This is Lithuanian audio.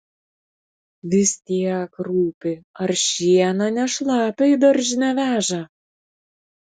vis tiek rūpi ar šieną ne šlapią į daržinę veža